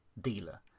dealer